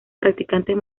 practicantes